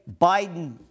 Biden